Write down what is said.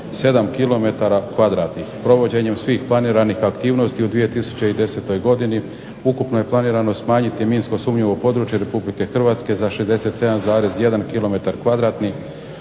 Provođenjem svih planskih aktivnosti u 2010. godini ukupno je planirano smanjiti minski sumnjivo područje Republike Hrvatske za 67,1 km2.